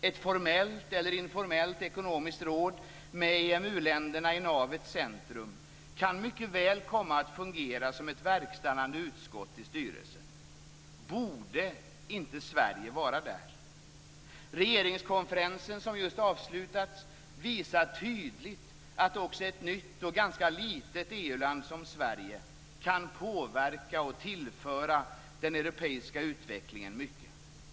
Ett formellt, eller informellt, ekonomiskt råd med EMU-länderna som nav kan mycket väl komma att fungera som ett verkställande utskott i styrelsen. Borde inte Sverige vara där? Regeringskonferensen som just avslutats visar tydligt att också ett nytt, och ganska litet, EU-land som Sverige kan påverka och tillföra den europeiska utvecklingen mycket.